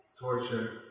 Torture